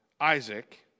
Isaac